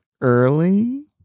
early